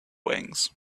wings